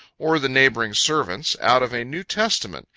or the neighboring servants, out of a new testament,